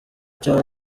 cyo